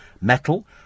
Metal